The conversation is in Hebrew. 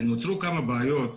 נוצרו כמה בעיות